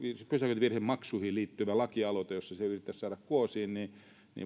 pysäköintivirhemaksuihin liittyvä lakialoite jolla ne yritetään saada kuosiin